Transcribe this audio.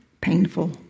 painful